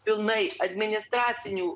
pilnai administracinių